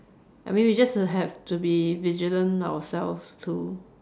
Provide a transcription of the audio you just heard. I mean we just have to be vigilant ourselves to